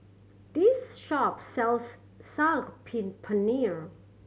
this shop sells Saag pin Paneer